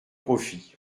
profit